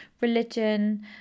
religion